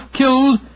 killed